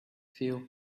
feel